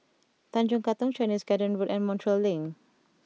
Tanjong Katong Chinese Garden Road and Montreal Link